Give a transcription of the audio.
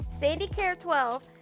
sandycare12